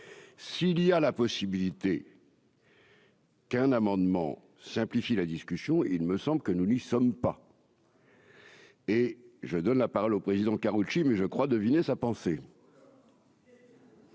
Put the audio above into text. s'il y a la possibilité. Qu'un amendement simplifie la discussion et il me semble que nous n'y sommes pas. Et je donne la parole au président Karoutchi mais je crois deviner sa pensée.